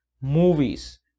Movies